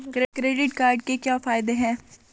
Credit card के क्या फायदे हैं?